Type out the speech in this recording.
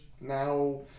now